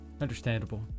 Understandable